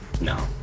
No